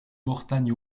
mortagne